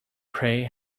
pray